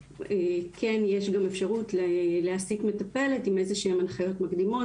כן יש גם אפשרות להעסיק מטפלת עם איזה שהן הנחיות מקדימות,